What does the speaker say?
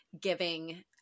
giving